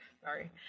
sorry